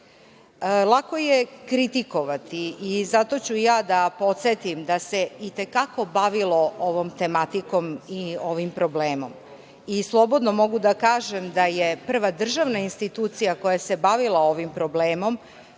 je kritikovati i zato ću ja da podsetim da se i te kako bavilo o ovom tematikom i ovim problemom i slobodno mogu da kažem da je prava državna institucija koja se bavila ovim problemom,